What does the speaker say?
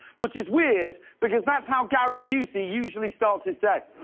which is weird because that's how gary busey usually starts his day.